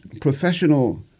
professional